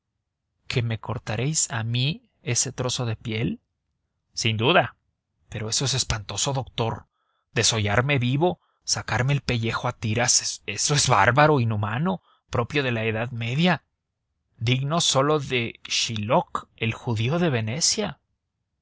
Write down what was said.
que me cortaréis a mí ese trozo de piel sin duda pero eso es espantoso doctor desollarme vivo sacarme el pellejo a tiras eso es bárbaro inhumano propio de la edad media digno sólo de shiloock el judío de venecia